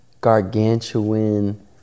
gargantuan